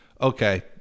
okay